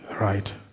right